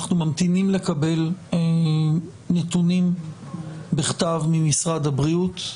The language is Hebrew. אנחנו ממתינים לקבל נתונים בכתב ממשרד הבריאות.